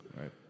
Right